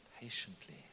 patiently